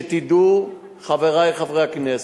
שתדעו, חברי חברי הכנסת,